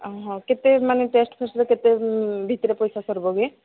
ହଁ କେତେ ମାନେ ଟେଷ୍ଟ ଫେଷ୍ଟରେ କେତେ ଭିତରେ ପଇସା ସରିବ କି